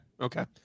Okay